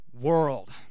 world